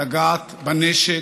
לגעת בנשק.